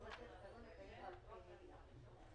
אנחנו מעלים את הרביזיה שלך להצבעה.